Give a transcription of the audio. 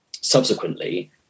subsequently